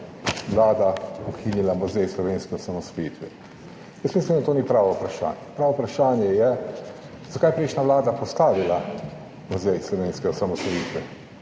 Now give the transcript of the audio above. vlada ukinila Muzej slovenske osamosvojitve. Mislim, da to ni pravo vprašanje. Pravo vprašanje je, zakaj je prejšnja vlada postavila Muzej slovenske osamosvojitve,